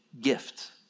gift